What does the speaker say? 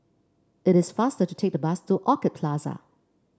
it is faster to take the bus to Orchid Plaza